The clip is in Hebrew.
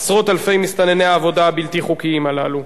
עשרות אלפי מסתנני העבודה הבלתי חוקיים הללו?